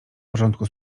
porządku